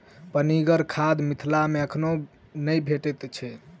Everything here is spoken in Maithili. पनिगर खाद मिथिला मे एखनो नै भेटैत छै